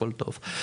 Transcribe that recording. הכול טוב.